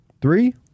Three